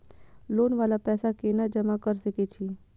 Loan वाला पैसा केना जमा कर सके छीये?